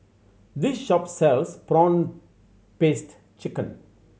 this shop sells prawn paste chicken